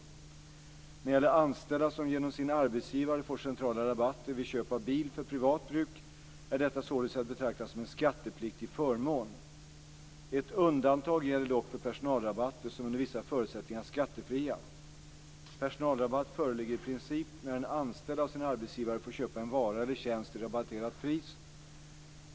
När det gäller anställda som genom sin arbetsgivare får centrala rabatter vid köp av bil för privat bruk är detta således att betrakta som en skattepliktig förmån. Ett undantag gäller dock för personalrabatter som under vissa förutsättningar är skattefria. Personalrabatt föreligger i princip när en anställd av sin arbetsgivare får köpa en vara eller tjänst till rabatterat pris.